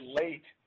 late